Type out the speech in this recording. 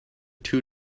two